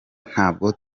ntabwo